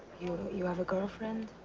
you. you have a girlfriend?